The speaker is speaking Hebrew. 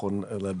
כי"ל.